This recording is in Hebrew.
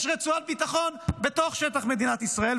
יש רצועת ביטחון בתוך שטח מדינת ישראל.